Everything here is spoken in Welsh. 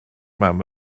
mam